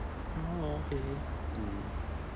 oh okay